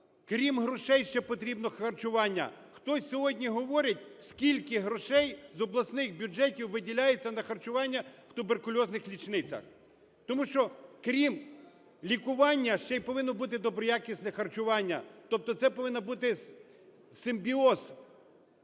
Крім грошей, ще потрібно харчування. Хтось сьогодні говорить, скільки грошей з обласних бюджетів виділяється на харчування в туберкульозних лічницях? Тому що крім лікування ще й повинно бути доброякісне харчування, тобто це повинен бути симбіоз